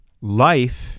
life